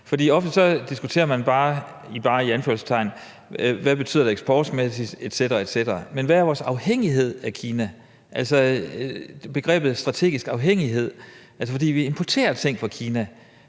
For ofte diskuterer man bare – bare i anførselstegn – hvad det betyder eksportmæssigt etc. etc., men hvad er vores afhængighed af Kina? Altså, der tænker jeg på begrebet strategisk afhængighed, for vi importerer ting fra Kina.